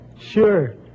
Sure